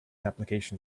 application